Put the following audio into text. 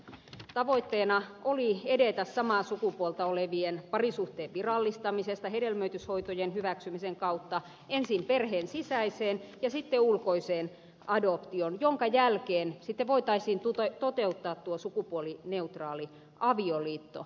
tavoitteena oli edetä samaa sukupuolta olevien parisuhteen virallistamisesta hedelmöityshoitojen hyväksymisen kautta ensin perheen sisäiseen ja sitten ulkoiseen adoptioon minkä jälkeen sitten voitaisiin toteuttaa tuo sukupuolineutraali avioliitto